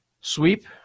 sweep